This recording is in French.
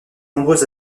nombreux